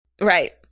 Right